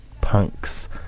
Punk's